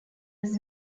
was